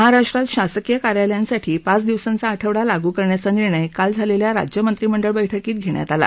महाराष्ट्रात शासकीय कार्यालयांसाठी पाच दिवसांचा आठवडा लागू करण्याचा निर्णय काल झालेल्या राज्य मंत्रिमंडळ बैठकीत घेण्यात आला